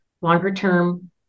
longer-term